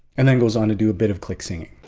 and then goes on to do a bit of click singing.